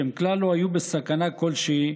שהם כלל לא היו בסכנה כלשהי,